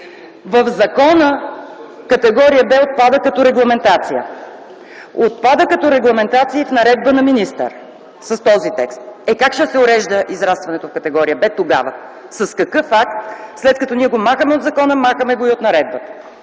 в закона категория Б отпада като регламентация, отпада като регламентация и в наредба на министъра с този текст. Е, как ще се урежда израстването в категория Б тогава? С какъв акт, след като ние го махаме от закона, махаме го и от наредбата?